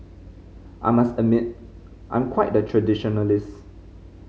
I must admit I'm quite the traditionalist